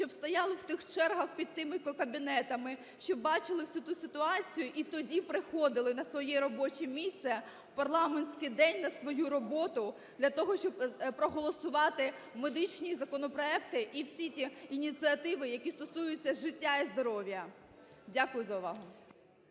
щоб стояли в тих чергах під тими кабінетами, щоб бачили всю ту ситуацію, і тоді приходили на своє робоче місце, в парламентський день на свою роботу для того, щоб проголосувати медичні законопроекти і всі ті ініціативи, які стосуються життя і здоров'я. Дякую за увагу.